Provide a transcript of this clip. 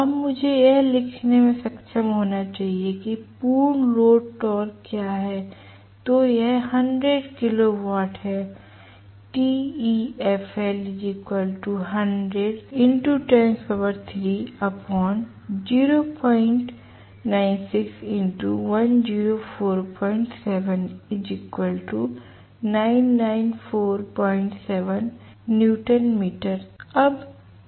अब मुझे यह लिखने में सक्षम होना चाहिए कि पूर्ण लोड टॉर्क क्या है